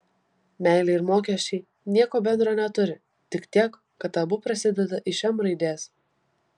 meilė ir mokesčiai nieko bendro neturi tik tiek kad abu prasideda iš m raidės